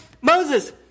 Moses